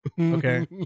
Okay